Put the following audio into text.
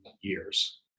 years